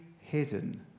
hidden